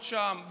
הפגנות שם,